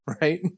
right